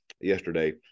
yesterday